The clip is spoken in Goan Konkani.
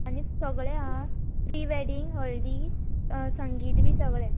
आनी सगळें आं प्रिवॅडींग हळदी संगीत बी सगळें